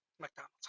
McDonald's